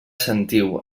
sentiu